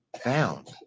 found